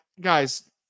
Guys